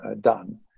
done